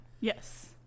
yes